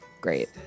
great